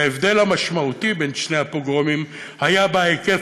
ההבדל המשמעותי בין שני הפוגרומים היה בהיקף